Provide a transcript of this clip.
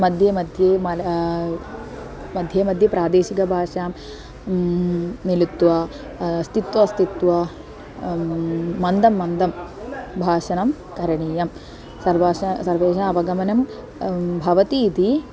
मध्ये मध्ये माला मध्ये मध्ये प्रादेशिकभाषां मिलित्वा स्थित्वा स्थित्वा मन्दं मन्दं भाषणं करणीयं सर्वासु सर्वेषाम् अवगमनं भवति इति